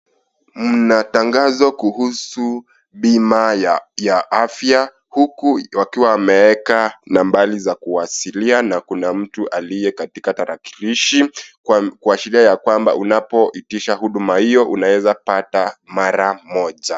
Mna tangazo kuhusu bima ya afya huku wakiwawameweka nambari za kuwasiliana na mtu aliye katika tarakilishi kuashiria yakwamba unapoitisha huduma hiyo unaweza pata mara moja.